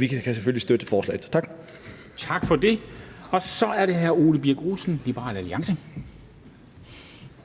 Vi kan selvfølgelig støtte forslaget. Tak. Kl. 13:11 Formanden (Henrik Dam Kristensen): Tak